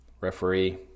Referee